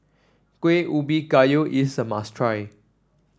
Kuih Ubi Kayu is a must try